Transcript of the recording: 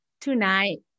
tonight